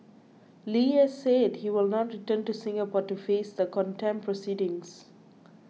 Li has said he will not return to Singapore to face the contempt proceedings